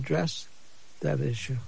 address that issue